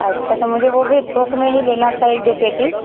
अच्छा तो मुझे वह भी थोक में ही लेना था एक दो पेटी